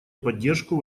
поддержку